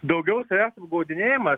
daugiau savęs apgaudinėjimas